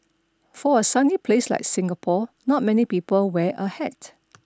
for a sunny place like Singapore not many people wear a hat